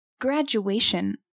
graduation